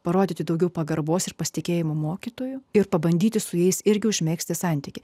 parodyti daugiau pagarbos ir pasitikėjimo mokytoju ir pabandyti su jais irgi užmegzti santykį